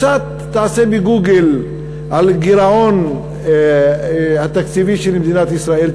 קצת תעשה "גוגל" על הגירעון התקציבי של מדינת ישראל,